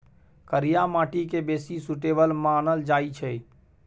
करिया माटि केँ बेसी सुटेबल मानल जाइ छै